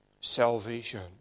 salvation